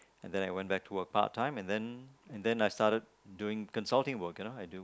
and then I went back to a part time and then and then I started doing consulting work you know I do